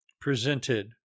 presented